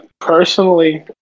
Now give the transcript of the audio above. personally